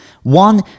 One